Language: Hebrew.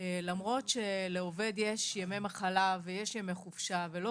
שלעובד יש ימי מחלה ויש ימי חופשה ולא